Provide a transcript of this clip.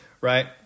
right